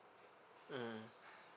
mm